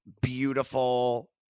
Beautiful